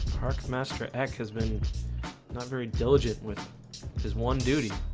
park master ekiz been not very diligent with just one duty